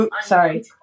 Sorry